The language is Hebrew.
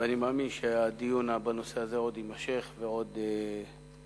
ואני מאמין שהדיון בנושא הזה עוד יימשך ועוד יורחב.